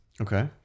Okay